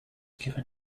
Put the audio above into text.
given